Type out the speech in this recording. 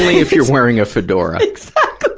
if you're wearing a fedora. exactly!